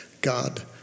God